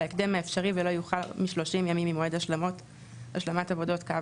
בהקדם האפשרי ולא יאוחר מ-30 ימים ממועד השלמת עבודות קו